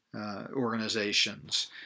organizations